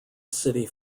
city